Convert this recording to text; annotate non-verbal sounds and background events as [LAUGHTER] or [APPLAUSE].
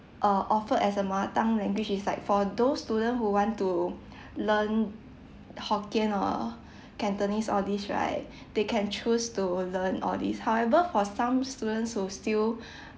uh offered as a mother tongue language is like for those student who want to [BREATH] learn hokkien or [BREATH] cantonese all these right [BREATH] they can choose to learn all these however for some students who still [BREATH]